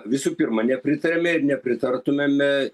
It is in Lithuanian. visų pirma nepritariame ir nepritartumėme